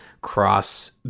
cross